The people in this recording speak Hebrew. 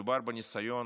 מדובר בניסיון